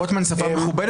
רוטמן שפה מכובדת.